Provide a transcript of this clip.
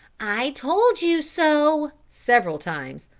i told you so, several times,